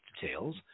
details